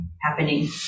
happening